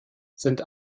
sind